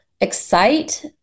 excite